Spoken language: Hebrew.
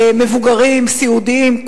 מבוגרים, סיעודיים.